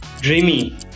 Dreamy